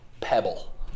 pebble